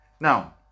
Now